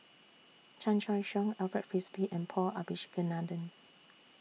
Chan Choy Siong Alfred Frisby and Paul Abisheganaden